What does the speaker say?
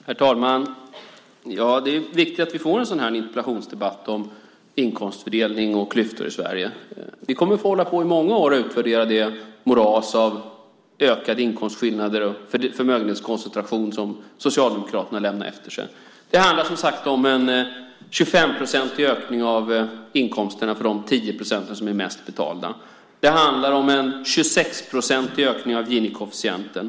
Herr talman! Det är viktigt att vi får en sådan här interpellationsdebatt om inkomstfördelning och klyftor i Sverige. Vi kommer att få hålla på i många år och utvärdera det moras av ökade inkomstskillnader och förmögenhetskoncentration som Socialdemokraterna lämnade efter sig. Det handlar som sagt om en 25-procentig ökning av inkomsterna för de 10 procent som är bäst betalda. Det handlar om en 26-procentig ökning av ginikoefficienten.